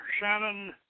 Shannon